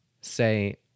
say